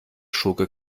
schurke